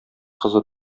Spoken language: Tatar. кызы